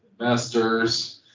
investors